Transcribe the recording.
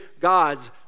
gods